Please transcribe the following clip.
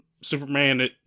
Superman